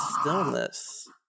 stillness